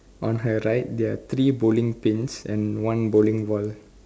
on her right there are three bowling pins and one bowling ball